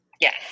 yes